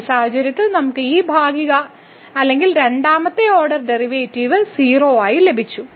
ഈ സാഹചര്യത്തിൽ നമ്മൾക്ക് ഈ ഭാഗിക അല്ലെങ്കിൽ രണ്ടാമത്തെ ഓർഡർ ഡെറിവേറ്റീവ് 0 ആയി ലഭിച്ചു